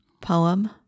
Poem